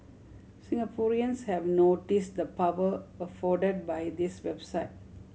Singaporeans have noticed the power afforded by this website